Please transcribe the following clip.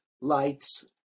lights